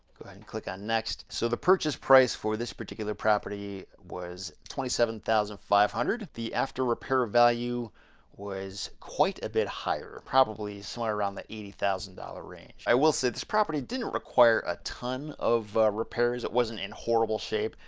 go ahead and click on next. so, the purchase price for this particular property was twenty seven thousand five hundred. the after repair value was quite a bit higher, probably somewhere around the eighty thousand dollars range. i will say this property didn't require a ton of repairs. repairs. it wasn't in horrible shape.